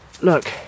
Look